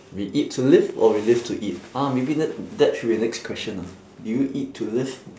we eat to live or we live to eat ah maybe that that should be the next question ah do you eat to live